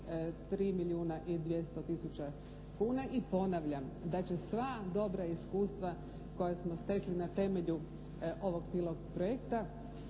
3 milijuna i 200 tisuća kuna i ponavljam da će sva dobra iskustva koja smo stekli na temelju ovog pilot projekta